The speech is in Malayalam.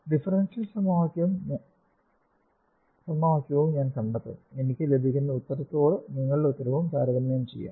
ഡിഫറൻഷ്യൽ സമവാക്യവും ഞാൻ കണ്ടെത്തും എനിക്ക് ലഭിക്കുന്ന ഉത്തരത്തോടു നിങ്ങളുടെ ഉത്തരം താരതമ്യം ചെയ്യാം